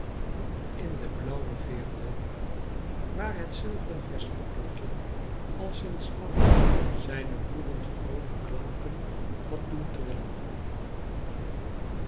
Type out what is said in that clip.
in de blauwe veerte waar het zilvren vesperklokjen al sints lang zijn roerend vrome klanken had doen trillen